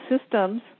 systems